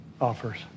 offers